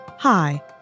Hi